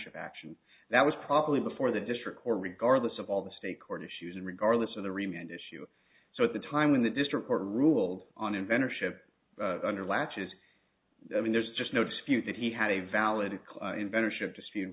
of action that was probably before the district court regardless of all the state court issues and regardless of the remit issue so at the time when the district court ruled on inventor ship under latches i mean there's just no dispute that he had a valid claim in better shape to see in